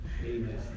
Amen